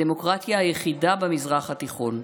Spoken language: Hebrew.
הדמוקרטיה היחידה במזרח התיכון.